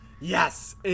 Yes